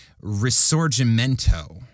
Risorgimento